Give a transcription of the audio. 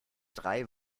drei